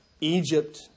Egypt